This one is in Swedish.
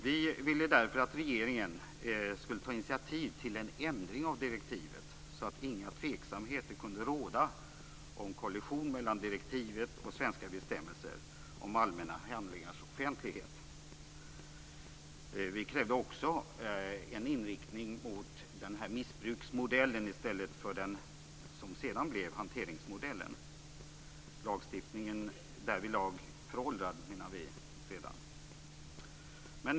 Vi ville därför att regeringen skulle ta initiativ till en ändring av direktivet, så att inga tveksamheter kan råda om korrelation mellan direktivet och svenska bestämmelser om allmänna handlingars offentlighet. Vi krävde också en inriktning åt missbruksmodellen i stället för den modell det blev, nämligen hanteringsmodellen. Vi menar att lagstiftningen därvidlag redan är föråldrad. Fru talman!